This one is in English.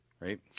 Right